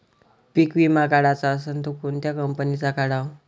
पीक विमा काढाचा असन त कोनत्या कंपनीचा काढाव?